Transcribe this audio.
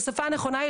הדבר האחרון הוא